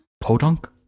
Podunk